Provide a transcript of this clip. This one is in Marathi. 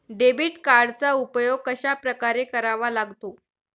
डेबिट कार्डचा उपयोग कशाप्रकारे करावा लागतो?